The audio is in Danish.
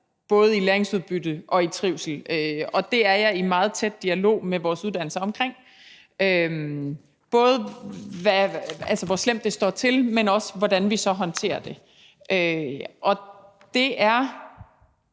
både i læringsudbyttet og i trivslen. Det er jeg i en meget tæt dialog med vores uddannelser om – både hvor slemt det står til, men også hvordan vi så håndterer det. Det er